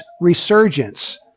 resurgence